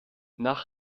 nach